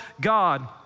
God